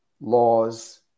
laws